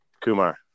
Kumar